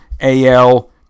AL